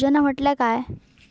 योजना म्हटल्या काय?